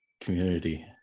community